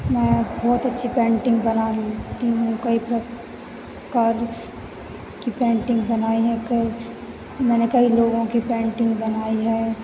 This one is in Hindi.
मैं बहुत अच्छी पेंटिंग बना लेती हूँ कई प्रकार की पेंटिंग बनाएँ हैं कई मैंने कई लोगों के पेंटिंग बनाई हैं